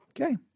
Okay